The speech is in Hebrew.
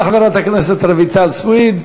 תודה לחברת הכנסת רויטל סויד.